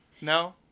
no